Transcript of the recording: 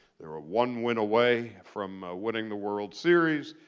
they were one win away from winning the world series.